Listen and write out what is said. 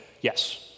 Yes